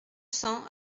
cents